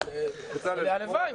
אבל הלוואי.